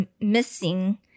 missing